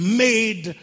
made